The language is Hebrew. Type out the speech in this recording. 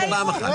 תגיד פעם אחת.